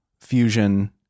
fusion